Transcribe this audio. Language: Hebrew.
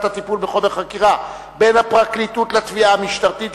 הטיפול בחומר חקירה בין הפרקליטות לתביעה המשטרתית),